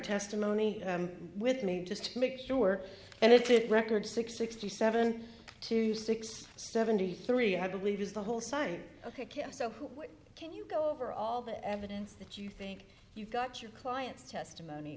testimony with me just to make sure and it did record six sixty seven to sixty seventy three i believe is the whole sign ok so what can you go over all the evidence that you think you've got your client's testimony